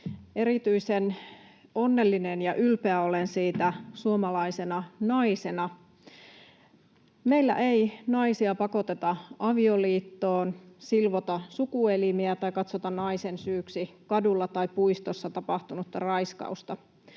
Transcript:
Erityisen onnellinen ja ylpeä olen siitä suomalaisena naisena. Meillä ei naisia pakoteta avioliittoon, silvota sukuelimiä tai katsota naisen syyksi kadulla tai puistossa tapahtunutta raiskausta.